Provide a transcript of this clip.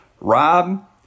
Rob